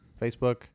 Facebook